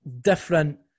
different